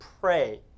pray